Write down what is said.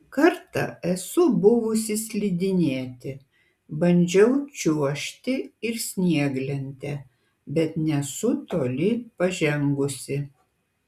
kartą esu buvusi slidinėti bandžiau čiuožti ir snieglente bet nesu toli pažengusi